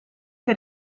che